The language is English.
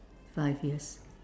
five years